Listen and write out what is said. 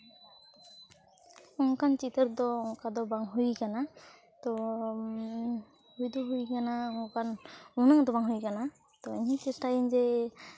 ᱚᱱᱠᱟᱱ ᱪᱤᱛᱟᱹᱨ ᱫᱚ ᱚᱱᱠᱟ ᱫᱚ ᱵᱟᱝ ᱦᱩᱭ ᱠᱟᱱᱟ ᱛᱚ ᱦᱩᱭ ᱫᱚ ᱦᱩᱭ ᱠᱟᱱᱟ ᱚᱱᱠᱟ ᱫᱚ ᱩᱱᱟᱹᱜ ᱫᱚ ᱵᱟᱝ ᱦᱩᱭ ᱠᱟᱱᱟ ᱛᱚ ᱤᱧ ᱦᱩᱧ ᱪᱮᱥᱴᱟᱭᱟ ᱡᱮ